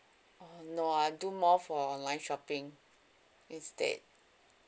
oh no I do more for online shopping instead